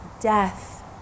death